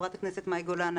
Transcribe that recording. חברת הכנסת מאי גולן,